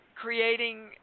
Creating